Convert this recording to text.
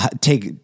take